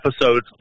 episodes